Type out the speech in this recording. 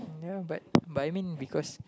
ya but but I mean because